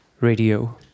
Radio